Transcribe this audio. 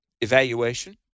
evaluation